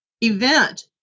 event